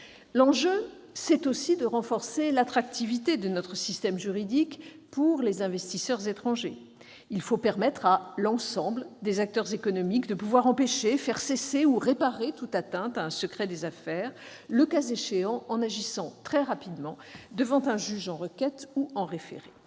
L'enjeu est aussi de renforcer l'attractivité de notre système juridique pour les investisseurs étrangers. Il faut permettre à l'ensemble des acteurs économiques d'empêcher, de faire cesser ou de réparer toute atteinte à un secret des affaires, en agissant, le cas échéant, très rapidement, devant un juge en requête ou en référé.